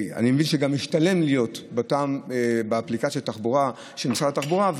אני מבין שגם משתלם להיות באותן אפליקציות תחבורה של משרד התחבורה,